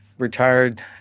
retired